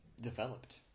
developed